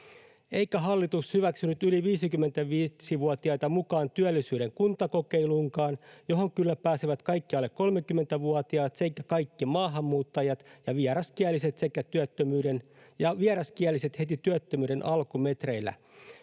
Eikä hallitus hyväksynyt yli 55-vuotiaita mukaan työllisyyden kuntakokeiluunkaan, johon kyllä pääsevät kaikki alle 30-vuotiaat sekä kaikki maahanmuuttajat ja vieraskieliset heti työttömyyden alkumetreillä.